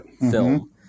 film